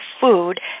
food